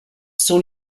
sont